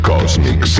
Cosmic